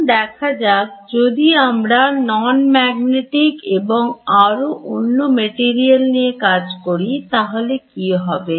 এখন দেখা যাক যদি আমরা non magnetic এবং আরো অন্য মেটিরিয়াল নিয়ে কাজ করি তাহলে কি হবে